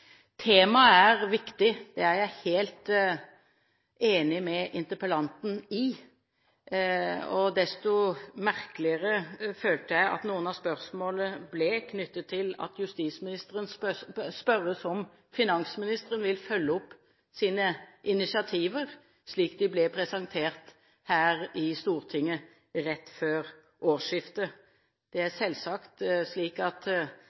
Temaet er viktig, det er jeg helt enig med interpellanten i, og desto merkeligere følte jeg at noen av spørsmålene ble knyttet til at justisministeren spørres om finansministeren vil følge opp sine initiativer slik de ble presentert her i Stortinget rett før årsskiftet. Det er selvsagt slik at